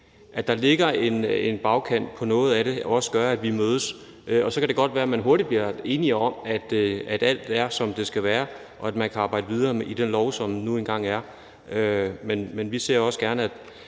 at der ligger en bagkant på noget af det, gør, at vi mødes. Så kan det godt være, at man hurtigt bliver enige om, at alt er, som det skal være, og at man kan arbejde videre med den lov, som nu engang er; men vi ser også gerne, at